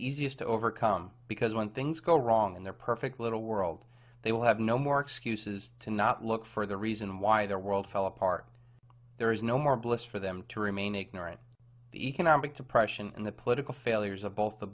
easiest to overcome because when things go wrong in their perfect little world they will have no more excuses to not look for the reason why their world fell apart there is no more bliss for them to remain ignorant the economic depression and the political failures of both the